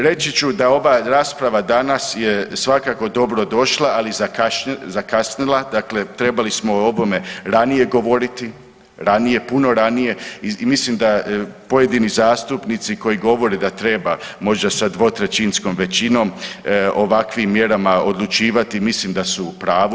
Reći ću da ova rasprava danas je svakako dobrodošla, ali zakasnila, dakle trebali smo o ovome ranije govoriti, ranije, puno ranije i mislim da pojedini zastupnici koji govore da treba možda sa dvotrećinskom većinom ovakvim mjerama odlučivati, mislim da su u pravu.